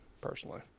personally